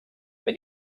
mit